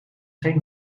geen